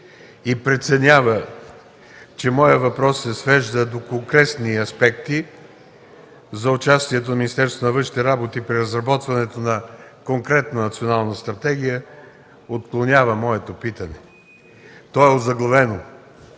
и преценява, че моят въпрос се свежда до конкретни аспекти за участието на Министерството на външните работи при разработването на конкретна национална стратегия, отклонява моето питане. То е озаглавено: